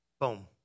boom